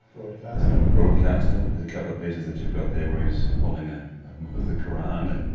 broadcaster. and broadcaster. there's a couple of pieces that you've got there were he's holding ah the koran. and